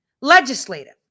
legislative